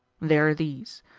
they are these.